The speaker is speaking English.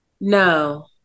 No